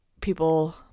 people